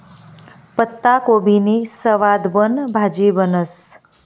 पत्ताकोबीनी सवादबन भाजी बनस